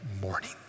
morning